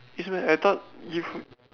is one I thought if